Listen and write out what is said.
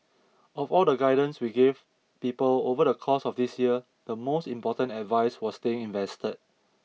of all the guidance we gave people over the course of this year the most important advice was staying invested